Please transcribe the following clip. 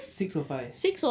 six or five